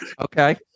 Okay